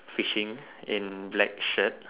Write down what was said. fishing in black shirt